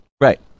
Right